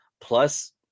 plus